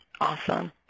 Awesome